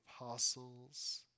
apostles